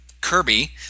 Kirby